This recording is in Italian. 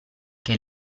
che